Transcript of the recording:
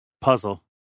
puzzle